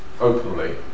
openly